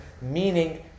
meaning